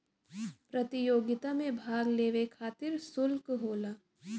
प्रतियोगिता मे भाग लेवे खतिर सुल्क होला